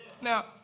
Now